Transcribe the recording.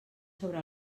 sobre